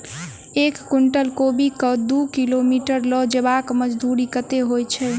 एक कुनटल कोबी केँ दु किलोमीटर लऽ जेबाक मजदूरी कत्ते होइ छै?